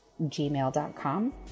gmail.com